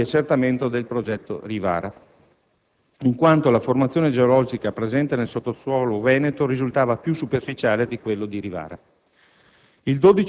della fase di accertamento del progetto Rivara, in quanto la formazione geologica presente nel sottosuolo veneto risultava più superficiale di quella di Rivara.